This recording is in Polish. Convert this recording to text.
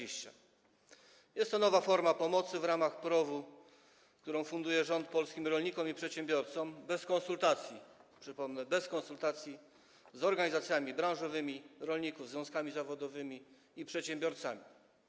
Jest to nowa forma pomocy w ramach PROW-u, którą funduje rząd polskim rolnikom i przedsiębiorcom bez konsultacji, przypomnę, bez konsultacji z organizacjami branżowymi rolników, związkami zawodowymi i przedsiębiorcami.